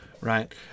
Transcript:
right